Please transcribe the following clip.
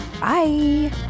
Bye